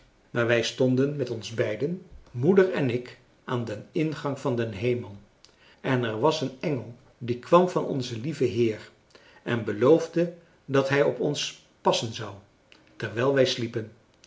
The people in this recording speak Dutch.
maar wij stonden met ons beiden moeder en ik aan den ingang van den hemel en er was een engel die kwam van onzen lieven heer en beloofde dat hij op ons passen zou terwijl wij sliepen